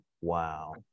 wow